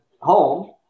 home